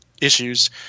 issues